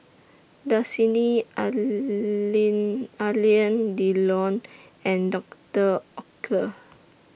Dasani Alain Delon and Doctor Oetker